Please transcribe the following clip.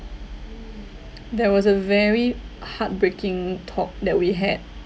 that was a very heartbreaking talk that we had